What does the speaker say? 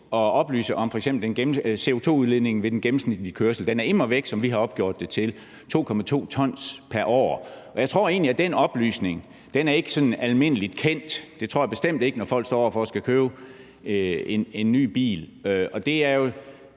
at oplyse om CO2-udledningen ved den gennemsnitlige kørsel. Den er immer væk 2,2 t pr. år, som vi har opgjort den til. Jeg tror egentlig ikke, at den oplysning er sådan almindelig kendt – det tror jeg bestemt ikke – når folk står over for at skulle købe en ny bil. Og jeg synes